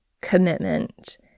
commitment